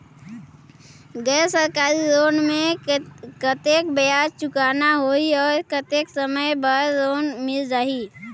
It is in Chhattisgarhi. गैर सरकारी लोन मे कतेक ब्याज चुकाना होही और कतेक समय बर लोन मिल जाहि?